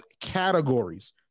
categories